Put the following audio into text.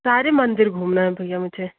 सारे मंदिर घूमना है भैया मुझे